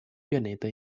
pianeta